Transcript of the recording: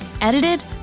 edited